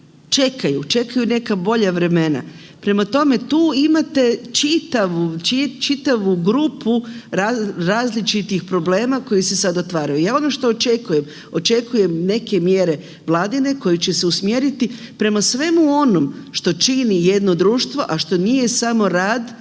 čekaju, čekaju neka bolja vremena. Prema tome, tu imate čitavu grupu različitih problema koji se sada otvaraju. Ja ono što očekujem, očekujem neke mjere vladine koji će se usmjeriti prema svemu onom što čini jedno društvo, a što nije samo rad